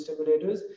stimulators